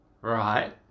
right